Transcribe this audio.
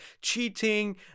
cheating